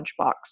lunchbox